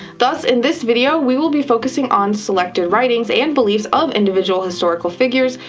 thus, in this video we will be focusing on selected writings and beliefs of individual historical figures,